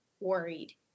worried